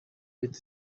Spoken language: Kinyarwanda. petit